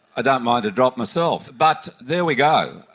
don't mind a drop myself. but there we go,